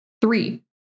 Three